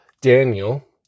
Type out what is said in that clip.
Daniel